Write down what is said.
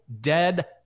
dead